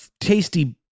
tasty